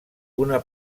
una